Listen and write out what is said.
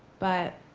but